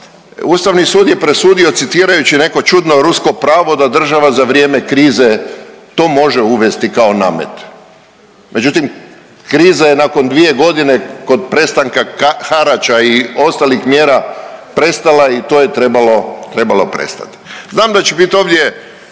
Ustavni sud je presudio citirajući neko čudno rusko pravo da država za vrijeme krize to može uvesti kao namet. Međutim, kriza je nakon 2 godine kod prestanka harača i ostalih mjera prestala i to je trebalo, trebalo prestati. Znam da će biti ovdje